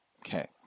Okay